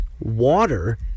Water